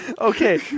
Okay